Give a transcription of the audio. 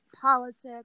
politics